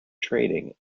trading